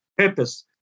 Purpose